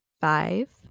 Five